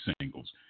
singles